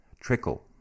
Trickle